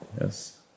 Yes